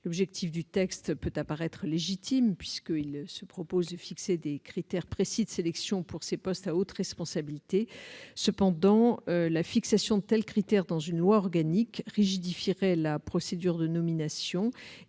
dispositif peut paraître légitime, à savoir fixer des critères précis de sélection pour ces postes à haute responsabilité. Cependant, la fixation de tels critères dans une loi organique rigidifierait la procédure de nomination.